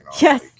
Yes